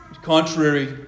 Contrary